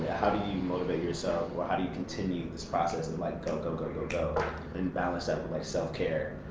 you motivate yourself or how do you continue this process of like go, go, go, go, go and balance that with like self care